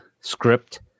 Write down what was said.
script